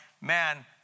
man